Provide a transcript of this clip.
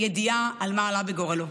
באי-ידיעה על מה עלה בגורלו.